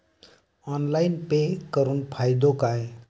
Online pay करुन फायदो काय?